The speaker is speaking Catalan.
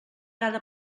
cada